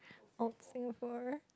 old Singapore